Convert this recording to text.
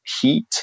heat